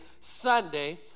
Sunday